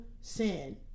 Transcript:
sin